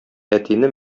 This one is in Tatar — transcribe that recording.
әтине